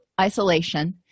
isolation